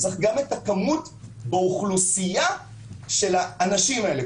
צריך גם הכמות באוכלוסייה של האנשים האלה.